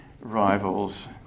rivals